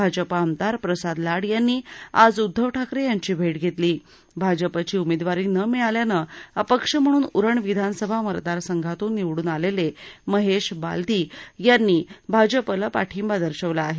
भाजपा आमदार प्रसाद लाड यांनी आज उद्धव ठाकरे यांची भेट घेतली भाजपची उमेदवारी न मिळाल्यानं अपक्ष म्हणून उरण विधानसभा मतदार संघातून निवडणूक आलेले महेश बालदी यांनी भाजपला पाठिंबा दर्शविला आहे